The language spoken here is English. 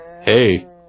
Hey